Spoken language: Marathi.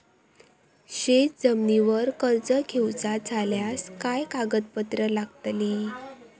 शेत जमिनीवर कर्ज घेऊचा झाल्यास काय कागदपत्र लागतली?